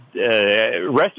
rest